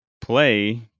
play